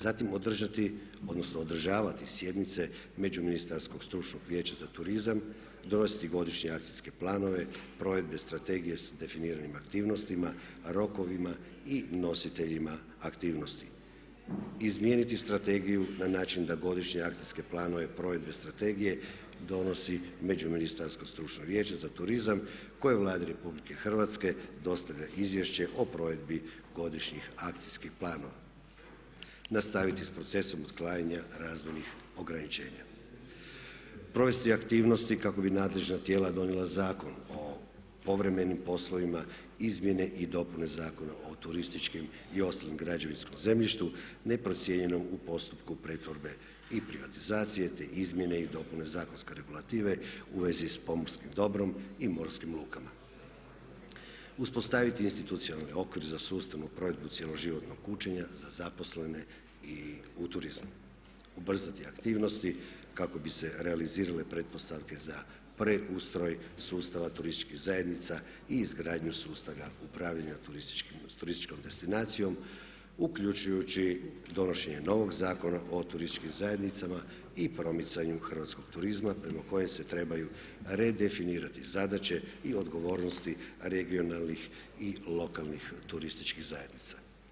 Zatim održati odnosno održavati sjednice Međuministarskog stručnog vijeća za turizam, donositi godišnje akcijske planove, provedbe strategije s definiranim aktivnostima, rokovima i nositeljima aktivnosti, izmijeniti strategiju na način da godišnje akcijske planove provedbe strategije donosi Međuministarsko stručno vijeće za turizam koje Vladi Republike Hrvatske dostavlja izvješće o provedbi godišnjih akcijskih planova, nastaviti s procesom otklanjanja raznih ograničenja, provesti aktivnosti kako bi nadležna tijela donijela Zakon o povremenim poslovima izmjene i dopune Zakona o turističkim i ostalim građevinskim zemljištima neprocijenjenom u postupku pretvorbe i privatizacije te izmjene i dopune zakonske regulative u vezi s pomorskim dobrom i morskim lukama, uspostaviti institucionalni okvir za sustavnu provedbu cijeloživotnog učenja za zaposlene u turizmu, ubrzati aktivnosti kako bi se realizirale pretpostavke za preustroj sustava turističkih zajednica i izgradnju sustava upravljanja turističkom destinacijom uključujući donošenje novog Zakona o turističkim zajednicama i promicanju hrvatskog turizma prema kojem se trebaju redefinirati zadaće i odgovornosti regionalnih i lokalnih turističkih zajednica.